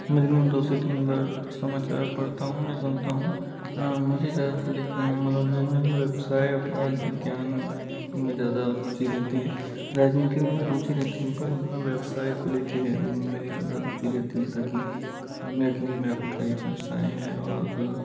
मैं दिन में दो से तीन बार समाचार पढ़ता हूँ या सुनता हूँ मुझे ज़्यादातर देखने में मनोरंजन वेबसाइट अपराध विज्ञान में ज़्यादा रुचि रहती है राजनीति में भी रुचि रहती है पर व्यवसाय को ले के मेरी ज़्यादा रुचि रहती है ताकि मैं क्योंकि मेरा खुद का एक व्यवसाय है और